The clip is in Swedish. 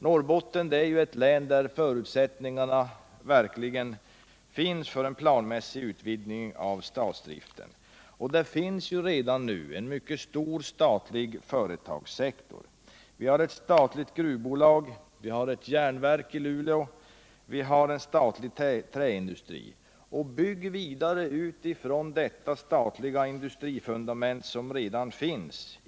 Norrbotten är ett län med förutsättningar för en planmässig utvidgning av statsdriften. Det finns ju redan nu en mycket stor statlig företagssektor där: vi har ett statligt gruvbolag, vi har ett järnverk i Luleå och vi har en statlig träindustri. Bygg vidare utifrån dessa statliga industrifundament, som redan finns!